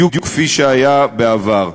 בדיוק כפי שהיה בעבר.